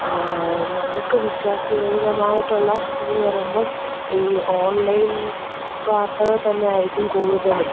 നമുക്ക് വിശ്വാസയോഗ്യമായിട്ടുള്ള ഇതെന്ന് പറയുമ്പം ഈ ഓൺലൈൻ വാർത്തകൾ തന്നെ ആയിരിക്കും കൂടുതലും